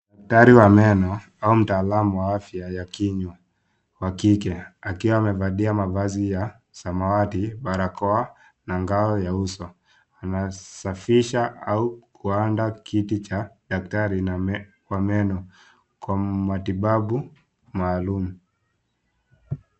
Daktari wa meno, au mtaalamu wa afya ya kinywa wa kike, akiwa amevalia mavazi ya samawati, barakoa na ngao ya uso. anasafisha au kuandaa kiti cha daktari wa meno kwa matibabu maalum.